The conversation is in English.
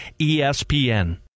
ESPN